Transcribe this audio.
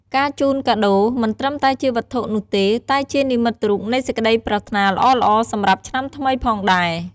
ការជូនកាដូរមិនត្រឹមតែជាវត្ថុនោះទេ តែជានិមិត្តរូបនៃសេចក្តីប្រាថ្នាល្អៗសម្រាប់ឆ្នាំថ្មីផងដែរ។